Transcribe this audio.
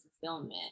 fulfillment